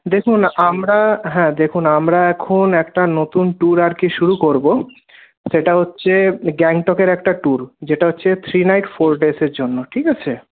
দেখুন আমরা হ্যাঁ দেখুন আমরা এখন একটা নতুন ট্যুর আর কি শুরু করব সেটা হচ্ছে গ্যাংটকের একটা ট্যুর যেটা হচ্ছে থ্রি নাইট ফোর ডেজের জন্য ঠিক আছে